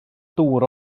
dŵr